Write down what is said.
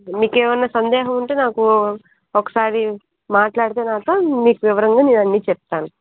మీకు ఏమైనా సందేహం ఉంటే నాకు ఒకసారి మాట్లాడితే నాతో మీకు వివరంగా నేను అన్నీ చెప్తాను